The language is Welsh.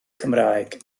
cymraeg